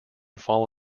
fall